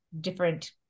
different